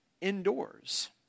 indoors